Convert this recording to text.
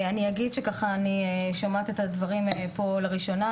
אני שומעת את הדברים פה לראשונה,